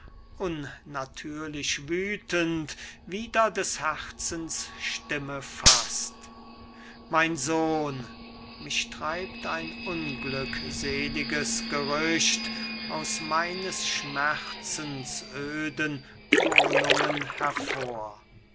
unnatürlich wüthend wider des herzens stimme faßt mein sohn mich treibt ein unglückseliges gerücht aus meines schmerzens öden wohnungen hervor soll